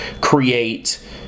create